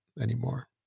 anymore